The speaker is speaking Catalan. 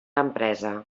empresa